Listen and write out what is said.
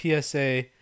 PSA